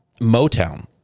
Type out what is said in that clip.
Motown